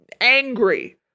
angry